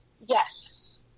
Yes